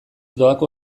doako